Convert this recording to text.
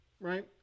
Right